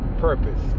Purpose